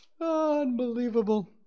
Unbelievable